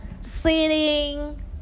sitting